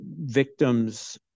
victims